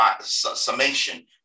summation